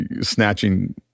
snatching